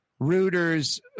Reuters